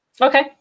Okay